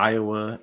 Iowa